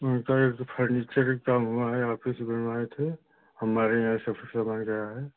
उनका यहाँ तो फर्नीचर के काम हुआ है आफिस बनवाए थे हमारे यहाँ से सब के सब आए रहा है